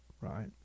right